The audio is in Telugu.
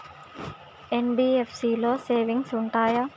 ఎన్.బి.ఎఫ్.సి లో సేవింగ్స్ ఉంటయా?